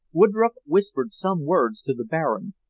woodroffe whispered some words to the baron,